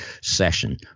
session